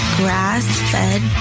grass-fed